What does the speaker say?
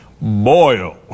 Boil